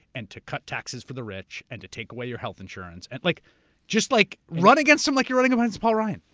and to cut taxes for the rich, and to take away your health insurance. and like just like run against him like you're running against paul ryan.